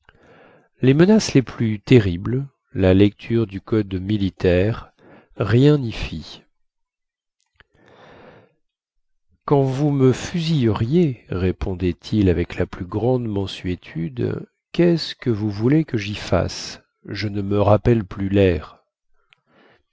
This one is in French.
les menaces les plus terribles la lecture du code militaire rien ny fit quand vous me fusilleriez répondait-il avec la plus grande mansuétude quest ce que vous voulez que jy fasse je ne me rappelle plus lair